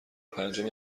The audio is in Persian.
پنجم